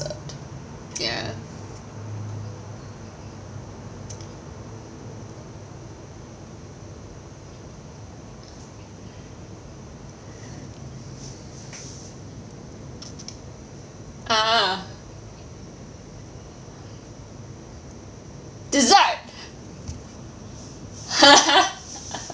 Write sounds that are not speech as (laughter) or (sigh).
ya ah dessert (laughs)